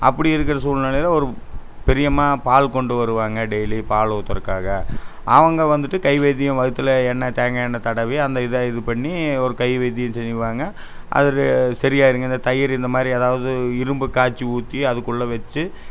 அப்படி இருக்கிற சூழ்நிலையில் ஒரு பெரியம்மா பால் கொண்டு வருவாங்க டெய்லியும் பால் ஊத்துகிறதுக்காக அவங்க வந்துட்டு கை வைத்தியம் வயித்துல எண்ணெய் தேங்காய் எண்ணெய் தடவி அந்த இதை இது பண்ணி ஒரு கை வைத்தியம் செய்வாங்க அது சரியாகிருங்க இந்த தயிர் இந்த மாதிரி ஏதாவுது இரும்பு காய்ச்சி ஊத்தி அதுக்குள்ளே வச்சு